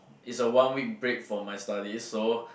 is a one week break for my studies so